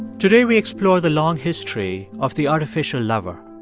today, we explore the long history of the artificial lover.